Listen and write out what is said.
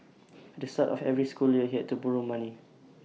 at the start of every school year he had to borrow money